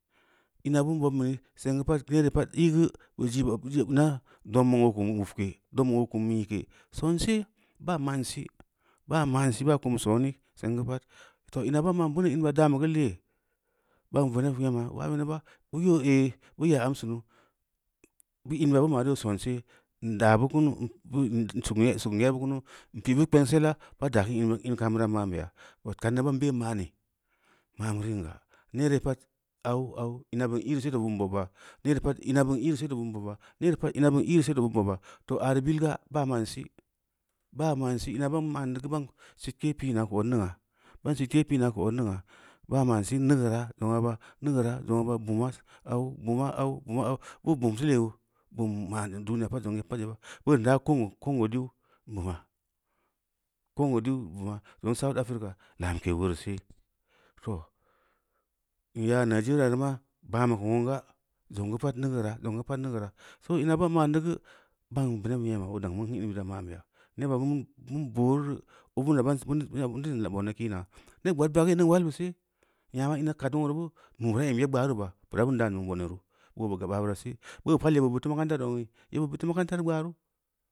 Ina bin bobm me seng geu pad nee re pad ī geu, maa don oo kunu wabkee deru oo kum nyil kee, sensel, baa man si baa man si, baa beu in bira dan bu geu lee, bin veneb nyena baa veneba bu yoo ehh, bu yaa am sunu in bira bu ma’ yoo sonse, ndaa bu kunu, suk n nye’ bu kunu, n pī’ bu kpensela baa daa keun in kam bira ma’n beya, od kam da bee ma’ni, ma’ bireun ga, neere pad au, au, ina bin īreu se to bin bobba, neere pad ina bin ī’reu seto bin bobba, too areu bilga baa ma’n si, baa ma’n si mia ban ma’n neu geu ban sitkee pī’na keu odningna, bam sitkee pīnaa keu odningna, bam ma’n si, neugeura, zong na ba, neugeura zongna ba bumo, au, buma au, buma au, boo bunu teu lee gu bum maa zong duniya pad zong yeba, beu ndaa koo congo duu buma congo dii buma, zongn south africa lankee uleureu se too ī yaa nigeria reu maa ban beu geu nunga, zong geu pad nengeera zong geu pad neugeura, soo ina baa ma’nneu geu ban veneb nyem oo dang bin ku in bira ma’n beya, neba bin booreu reu, obina bani bani sin boni kii naa, neb gbaad bira geu in mingn ulalbu see, nyama ina kad nulangeela reu boo nou bureu em yeb gbaaru beuba, bura loin daan zong bone ru, boo bu gab aa bira sī, boo bu pal yebo bid makanta tek zangneu? Yebo bid teu makantanu ganu.